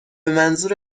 منظور